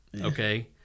okay